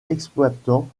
exploitant